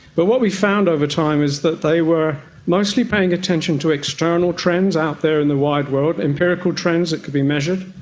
but what we found over time is that they were mostly paying attention to external trends out there in the wide world, empirical trends that could be measured.